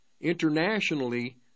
internationally